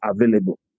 available